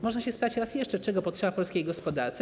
Można się spytać raz jeszcze, czego potrzeba polskiej gospodarce.